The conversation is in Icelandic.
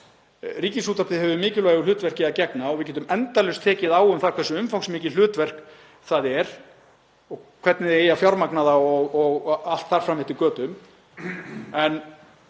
að Ríkisútvarpið hefur mikilvægu hlutverki að gegna. Við getum endalaust tekist á um það hversu umfangsmikið hlutverk það er og hvernig eigi að fjármagna það og allt þar fram eftir götunum